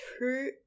two